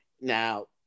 Now